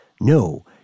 No